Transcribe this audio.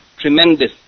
tremendous